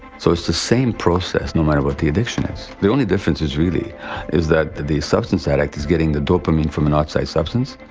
so, it's the same process no matter what the addiction is. the only difference is really is that the the substance addict is getting the dopamine from an outside substance,